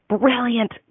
brilliant